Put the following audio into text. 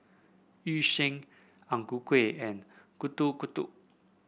Yu Sheng Ang Ku Kueh and Getuk Getuk